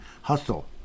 hustle